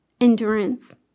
endurance